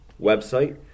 website